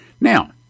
Now